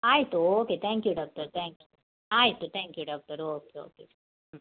ಆಯ್ತು okay thank you doctor thank you ಆಯ್ತು thank you doctor okay okay ಹ್ಞೂ